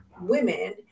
women